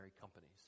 Companies